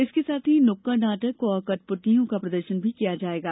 इसके साथ ही नुक्केड़ नाटक और कठपुतलियों का प्रदर्शन भी किया जाएगा